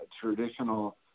traditional